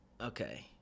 Okay